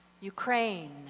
Ukraine